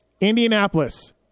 Indianapolis